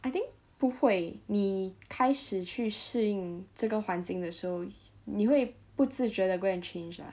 I think 不会你开始去适应这个环境的时候你会不自觉的 go and change lah